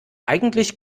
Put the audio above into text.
eigentlich